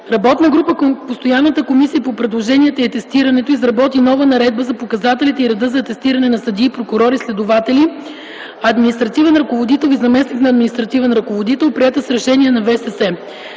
работна група към Постоянната комисия по предложенията и атестирането изработи нова Наредба за показателите и реда за атестиране на съдия, прокурор, следовател, административен ръководител и заместник на административен ръководител, приета с решение на ВСС.